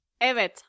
Evet